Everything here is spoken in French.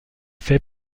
fait